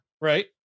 Right